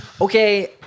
Okay